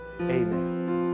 amen